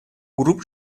grupo